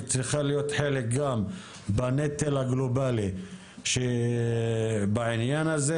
היא צריכה להיות חלק גם בנטל הגלובלי בעניין הזה.